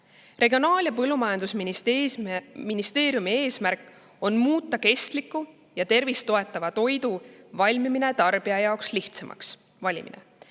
Regionaal‑ ja Põllumajandusministeeriumi eesmärk on muuta kestliku ja tervist toetava toidu valimine tarbijale lihtsamaks, kasutades